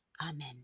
Amen